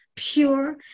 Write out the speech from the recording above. pure